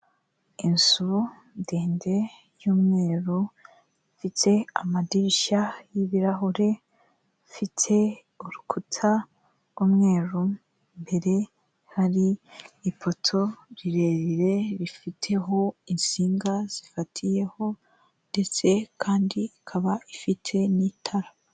Inzu ndende y'umweru ifite amadirishya y'ibirahure, ifite urukuta rw'umweru, imbere hari ipoto rirerire rifiteho insinga zifatiyeho ndetse kandi ikaba ifite n'itara.